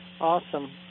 Awesome